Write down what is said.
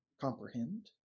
comprehend